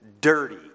dirty